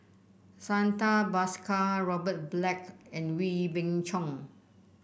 Santha Bhaskar Robert Black and Wee Beng Chong